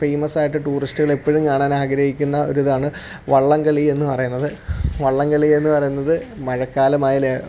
famous ആയിട്ട് ടൂറിസ്റ്റുകൾ എപ്പോഴും കാണാൻ ആഗ്രഹിക്കുന്ന ഒരു ഇതാണ് വള്ളം കളി എന്ന് പറയുന്നത് വള്ളം കളി എന്ന് പറയുന്നത് മഴക്കാലമായാൽ